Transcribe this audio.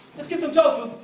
let's get some tofu!